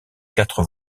quatre